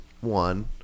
one